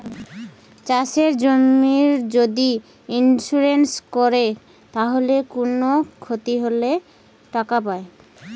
চাষের জমির যদি ইন্সুরেন্স কোরে তাইলে কুনো ক্ষতি হলে টাকা পায়